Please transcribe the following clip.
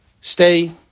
Stay